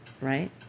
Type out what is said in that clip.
right